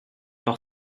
par